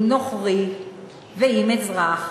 אם נוכרי ואם אזרח,